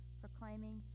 proclaiming